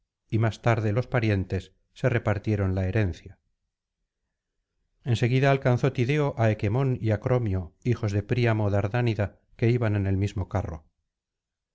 y más tarde los parientes se repartieron la herencia en seguida alcanzó tideo á equemón y á cromio hijos de príamo dardánida que iban en el mismo carro